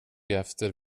efter